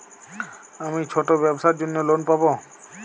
আমি ছোট ব্যবসার জন্য লোন পাব?